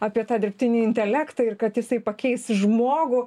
apie tą dirbtinį intelektą ir kad jisai pakeis žmogų